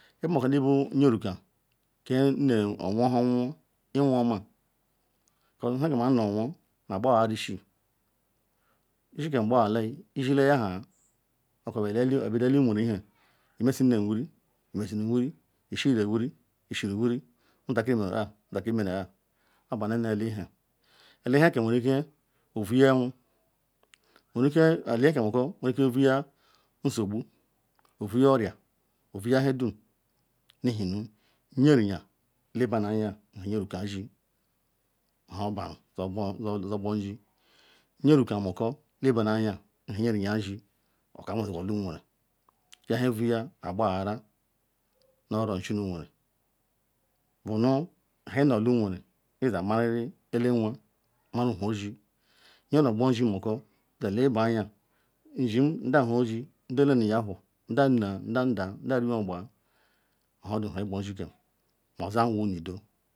Oburumako nu ibu yeruka nno woheowon iwoma because nhe kam anu owo na gbaha isi isike agbahayila izile yaha okobu bido eli nweren nhe omesilem wuri onesile wuri oshelem wuri osheruwuri omutakiri meru ken omutakiri mene ken obenam nu elinhe. Olenheken weruike duya owu owerike olinhe kam mako vuya nsogbu ovu oren ovuya nhedum ihe nu nye riya lebanya nu nyeruka nsi nu ha oburu yogbo nzi. Nyeruka moko nleba naanya nu nhe nyereya nshi ka awaa sigu oli nweren yenhe vuya ogbahara nu-oro nzi ne nweren bunu nhe ino olu nweren iyamariri elewa mara ha ozi nye me ogbonzi mako yelebanya nzim nda huhe nda nda nda rimeogba modi me be gbo nzi ken ma ozi awuru nu udo